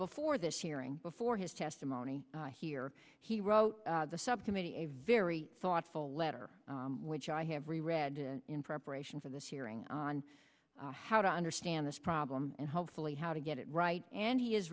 before this hearing before his testimony here he wrote the subcommittee a very thoughtful letter which i have read in preparation for this hearing on how to understand this problem and hopefully how to get it right and he